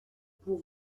pour